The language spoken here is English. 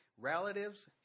relatives